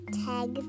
tag